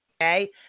Okay